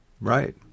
Right